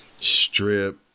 strip